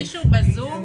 יש למישהו התנגדות?